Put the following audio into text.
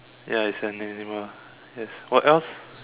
ya it's an animal yes what else